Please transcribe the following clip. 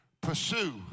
Pursue